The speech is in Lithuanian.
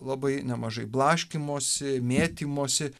labai nemažai blaškymosi mėtymosi